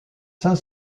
saint